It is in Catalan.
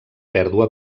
pèrdua